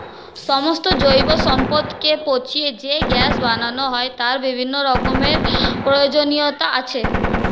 সমস্ত জৈব সম্পদকে পচিয়ে যে গ্যাস বানানো হয় তার বিভিন্ন রকমের প্রয়োজনীয়তা আছে